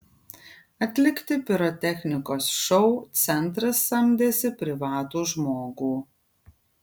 atlikti pirotechnikos šou centras samdėsi privatų žmogų